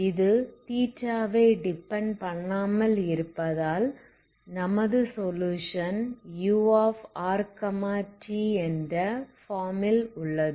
இது வை டிப்பெண்ட் பண்ணாமல் இருப்பதால் நமது சொலுயுஷன் urt என்ற ஃபார்ம் ல் உள்ளது